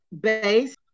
base